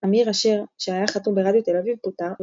אמיר אשר שהיה חתום ברדיו תל אביב פוטר,